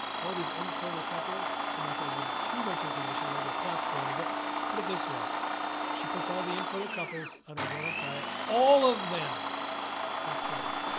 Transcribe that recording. all these infertile couples. i'm not going to give too much information. i don't want to be a plot spoiler. but put it this way she puts all the infertile couples on organic diet. all of them have children.